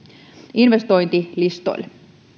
investointilistoille